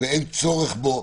ואין צורך בו,